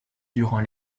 durant